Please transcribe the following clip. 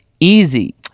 Easy